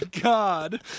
God